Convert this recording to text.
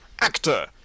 Actor